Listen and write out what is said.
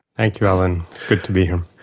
thank you, alan, good to be here.